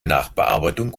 nachbearbeitung